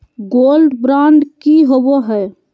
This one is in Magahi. गोल्ड बॉन्ड की होबो है?